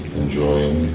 enjoying